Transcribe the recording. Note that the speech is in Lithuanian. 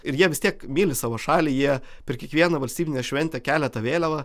ir jie vis tiek myli savo šalį jie per kiekvieną valstybinę šventę kelia tą vėliava